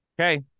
Okay